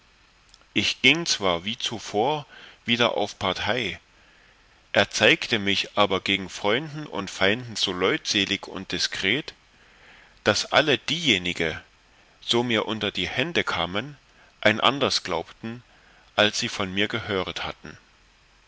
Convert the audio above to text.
ich gieng zwar wie zuvor wieder auf partei erzeigte mich aber gegen freunden und feinden so leutselig und diskret daß alle diejenige so mir unter die hände kamen ein anders glaubten als sie von mir gehört hatten